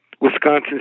Wisconsin